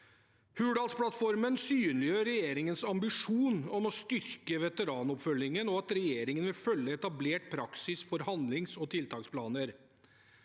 Hurdalsplattformen synliggjør regjeringens ambisjon om å styrke veteranoppfølgingen og at regjeringen vil følge etablert praksis for handlings- og tiltaksplaner.